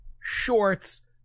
shorts